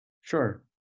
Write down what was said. Sure